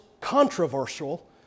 controversial